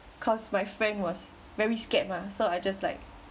cause my friend was very scared lah so I just like